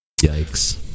Yikes